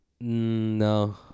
No